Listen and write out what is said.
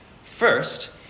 First